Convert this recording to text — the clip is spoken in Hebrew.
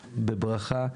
בברכה,